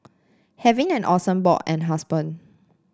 having an awesome bod and husband